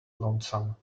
lonesome